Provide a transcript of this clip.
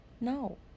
No